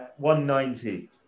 190